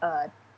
uh